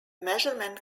measurement